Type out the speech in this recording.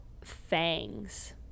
Fangs